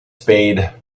spade